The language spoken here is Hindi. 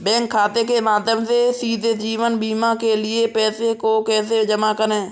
बैंक खाते के माध्यम से सीधे जीवन बीमा के लिए पैसे को कैसे जमा करें?